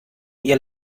ihr